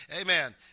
Amen